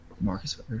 Marcus